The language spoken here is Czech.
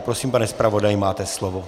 Prosím, pane zpravodaji, máte slovo.